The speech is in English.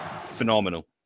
Phenomenal